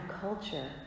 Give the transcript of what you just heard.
culture